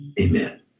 Amen